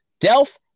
Delph